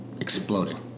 exploding